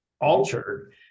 altered